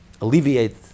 alleviate